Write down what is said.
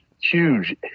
huge